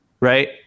right